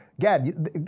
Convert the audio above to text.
Gad